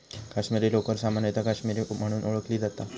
काश्मीरी लोकर सामान्यतः काश्मीरी म्हणून ओळखली जाता